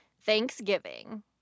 Thanksgiving